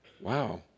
Wow